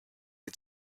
had